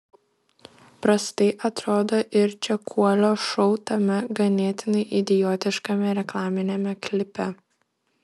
prastai atrodo ir čekuolio šou tame ganėtinai idiotiškame reklaminiame klipe